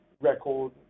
record